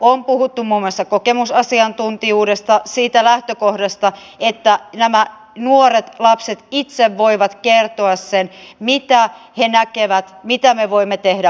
on puhuttu muun muassa kokemusasiantuntijuudesta siitä lähtökohdasta että nämä nuoret lapset itse voivat kertoa sen mitä he näkevät mitä me voimme tehdä paremmin